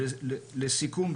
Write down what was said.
לסיכום,